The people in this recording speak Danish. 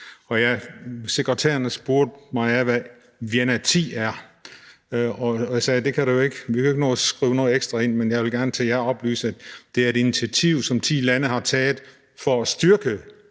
Sekretærerne spurgte mig, hvad Vienna 10 er, og jeg sagde, at vi jo ikke kan nå at skrive noget ekstra ind, men jeg vil gerne til jer oplyse, at det er et initiativ, som ti lande har taget for at styrke